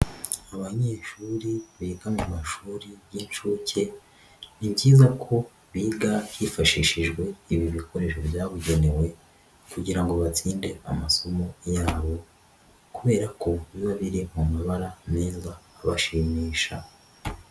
Abanyeshuri biga mu mashuri y'inshuke, ni byiza ko biga hifashishijwe ibi bikoresho byabugenewe kugira ngo batsinde amasomo yabo, kubera ko biba biri mu mabara meza abashimisha.